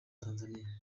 tanzania